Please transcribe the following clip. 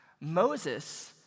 Moses